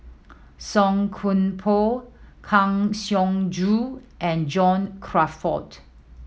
Song Koon Poh Kang Siong Joo and John Crawfurd